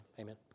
amen